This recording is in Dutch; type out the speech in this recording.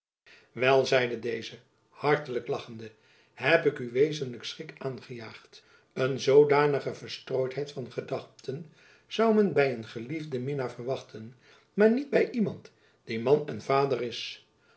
wel zeide deze hartelijk lachende heb ik u wezenlijk schrik aangejaagd een zoodanige verstrooidheid van gedachten zoû men by een verliefden minnaar verwachten maar niet by iemand die man en vader is